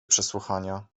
przesłuchania